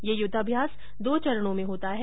ये युद्वाभ्यास दो चरणों मे होता है